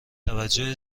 توجه